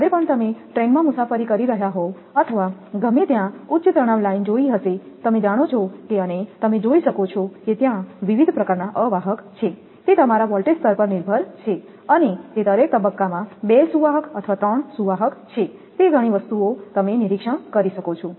જ્યારે પણ તમે ટ્રેનમાં મુસાફરી કરી રહ્યાં હોવ અથવા ગમે ત્યાં તમે ઉચ્ચતણાવ લાઇન જોઈ હશે તમે જાણો છો કે અને તમે જોઈ શકો છો કે ત્યાં વિવિધ પ્રકારનાં અવાહક છે તે તમારા વોલ્ટેજ સ્તર પર નિર્ભર છે અને તે દરેક તબક્કામાં બે સુવાહક અથવા ત્રણ સુવાહક છે તે ઘણી વસ્તુઓ તમે નિરીક્ષણ કરી શકો છો